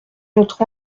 notre